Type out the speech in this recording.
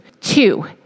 Two